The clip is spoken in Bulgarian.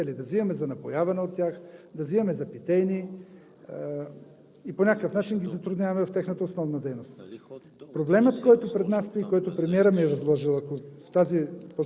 Енергетиката също е добре. Ние започваме да я ползваме за съвсем други цели – да взимаме за напояване от тях, да взимаме за питейни нужди и по някакъв начин да затрудняваме тяхната основна дейност.